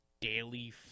daily